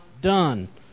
done